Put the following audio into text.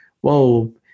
whoa